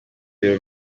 ibiro